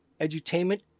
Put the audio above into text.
Edutainment